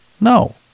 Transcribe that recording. No